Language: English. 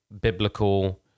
biblical